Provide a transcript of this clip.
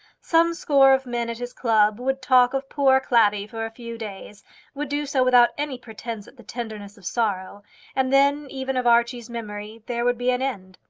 some score of men at his club would talk of poor clavvy for a few days would do so without any pretence at the tenderness of sorrow and then even of archie's memory there would be an end.